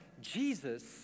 Jesus